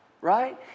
right